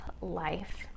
life